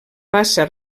passa